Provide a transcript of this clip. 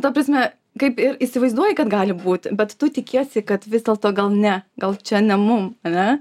ta prasme kaip ir įsivaizduoji kad gali būti bet tu tikiesi kad vis dėlto gal ne gal čia ne mum ane